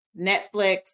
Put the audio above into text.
Netflix